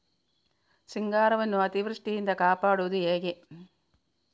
ಸಿಂಗಾರವನ್ನು ಅತೀವೃಷ್ಟಿಯಿಂದ ಕಾಪಾಡುವುದು ಹೇಗೆ?